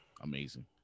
amazing